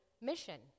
mission